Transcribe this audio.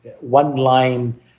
one-line